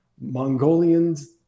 Mongolians